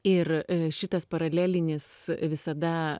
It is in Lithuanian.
ir šitas paralelinis visada